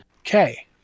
Okay